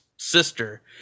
sister